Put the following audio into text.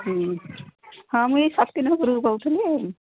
ହଁ ମୁଁ ଏଇ ସତିନାପୁରରୁ କହୁଥଲି